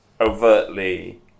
overtly